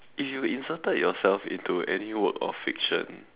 if you inserted yourself into any work of fiction